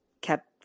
kept